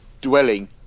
dwelling